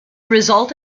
result